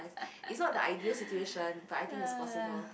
it's not the ideal situation but I think it's possible